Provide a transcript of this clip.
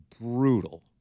brutal